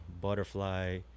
butterfly